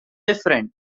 different